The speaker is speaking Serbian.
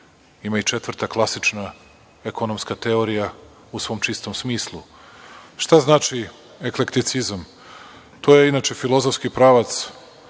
ima i četvrta klasična ekonomska teorija u svom čistom smislu. Šta znači eklekticizam? To je inače filozofski pravac